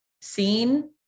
seen